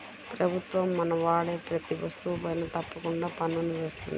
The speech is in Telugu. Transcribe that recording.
ప్రభుత్వం మనం వాడే ప్రతీ వస్తువుపైనా తప్పకుండా పన్నుని వేస్తుంది